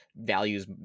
values